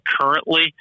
currently